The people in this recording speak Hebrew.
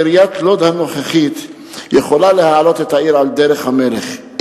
עיריית לוד הנוכחית יכולה להעלות את העיר על דרך המלך,